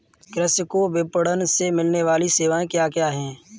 कृषि को विपणन से मिलने वाली सेवाएँ क्या क्या है